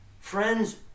Friends